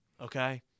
okay